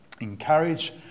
encourage